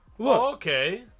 Okay